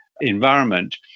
environment